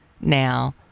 now